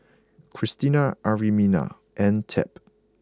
Christina Arminta and Tab